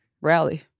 Rally